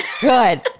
Good